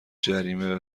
جریمه